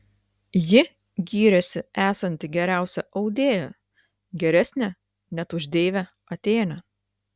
ji gyrėsi esanti geriausia audėja geresnė net už deivę atėnę